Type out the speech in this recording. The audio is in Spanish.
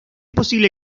posible